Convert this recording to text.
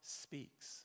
speaks